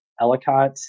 Ellicott